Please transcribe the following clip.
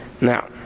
now